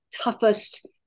toughest